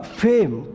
fame